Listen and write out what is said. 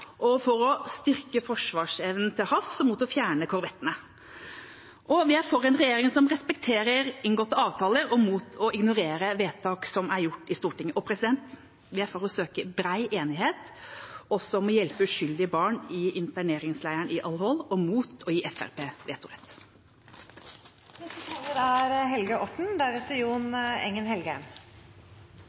Luftforsvaret, for å styrke forsvarsevnen til havs og mot å fjerne korvettene. Vi er for en regjering som respekterer inngåtte avtaler, og mot å ignorere vedtak som er gjort i Stortinget. Og vi er for å søke bred enighet om å hjelpe uskyldige barn i interneringsleiren i Al-Hol og mot å gi Fremskrittspartiet vetorett. Verden står overfor en enorm klimautfordring. Vi er